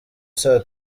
saa